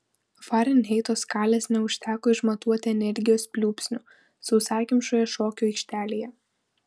farenheito skalės neužteko išmatuoti energijos pliūpsnių sausakimšoje šokių aikštelėje